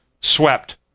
swept